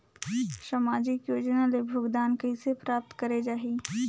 समाजिक योजना ले भुगतान कइसे प्राप्त करे जाहि?